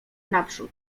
naprzód